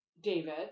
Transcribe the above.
David